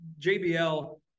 JBL